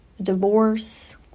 divorce